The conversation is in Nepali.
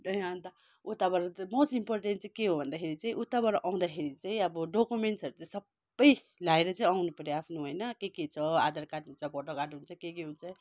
ए अन्त उताबाट त्यही मोस्ट इम्पोर्टेन्ट चाहिँ के हो भन्दाखेरि चाहिँ उताबाट आउँदाखेरि चाहिँ अब डोकुमेन्ट्सहरू चाहिँ सबै ल्याएर चाहिँ आउनु पर्यो आफ्नो होइन के के छ आधार कार्ड हुन्छ भोटर कार्ड हुन्छ के के हुन्छ